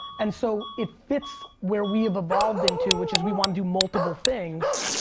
and so, it fits where we've evolved into, which is we wanna do multiple things,